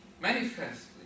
Manifestly